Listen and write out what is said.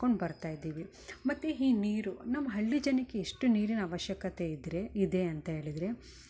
ಹಾಕಿಸ್ಕೊಂಡು ಬರ್ತಾ ಇದ್ದೀವಿ ಮತ್ತು ಈ ನೀರು ನಮ್ಮ ಹಳ್ಳಿ ಜನಕ್ಕೆ ಎಷ್ಟು ನೀರಿನ ಆವಶ್ಯಕತೆ ಇದ್ದರೆ ಇದೆ ಅಂತ್ಹೇಳಿದರೆ